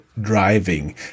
driving